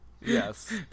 Yes